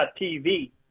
TV